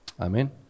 Amen